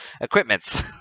equipments